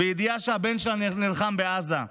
בידיעה שהבן שלה נלחם בעזה,